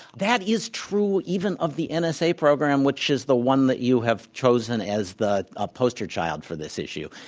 that is true even of the and nsa program which is the one that you have chosen as the ah poster child for this issue.